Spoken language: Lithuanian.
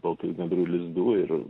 baltųjų gandrų lizdų ir